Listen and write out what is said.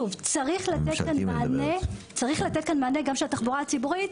שוב, צריך לתת כאן מענה גם של התחבורה הציבורית.